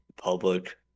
public